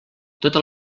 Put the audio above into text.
tota